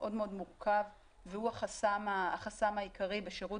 מאוד מאוד מורכב והוא החסם העיקרי בשירות